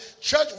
Church